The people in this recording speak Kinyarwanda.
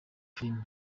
filime